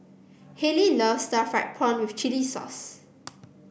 Halie loves Stir Fried Prawn with Chili Sauce